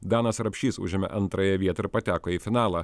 danas rapšys užėmė antrąją vietą ir pateko į finalą